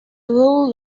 whole